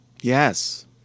Yes